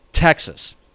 Texas